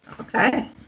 Okay